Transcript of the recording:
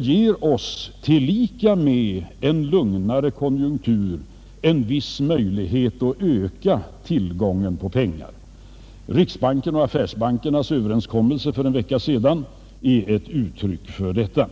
ger oss tillsammans med en lugnare konjunktur en viss möjlighet att öka tillgången på pengar. Riksbankens och affärsbankernas överenskommelse för en vecka sedan är ett uttryck för detta.